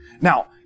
Now